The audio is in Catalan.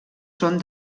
són